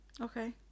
Okay